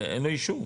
אין לו אישור.